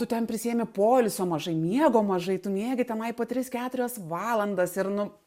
tu ten prisiėmė poilsio mažai miego mažai tu miegi tenai po tris keturias valandas ir nu